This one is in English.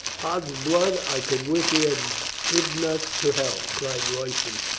ods blood, i could wish he had bidden us to hell! cried royston.